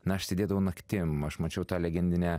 na aš sėdėdavau naktim aš mačiau tą legendinę